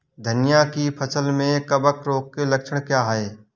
धनिया की फसल में कवक रोग के लक्षण क्या है?